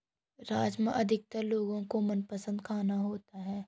राजमा अधिकतर लोगो का मनपसंद खाना होता है